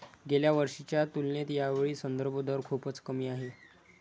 गेल्या वर्षीच्या तुलनेत यावेळी संदर्भ दर खूपच कमी आहे